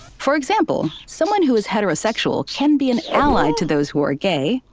for example, someone who is heterosexual can be an ally to those who are gay,